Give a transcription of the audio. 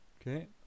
Okay